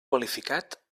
qualificat